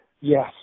Yes